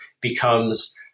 becomes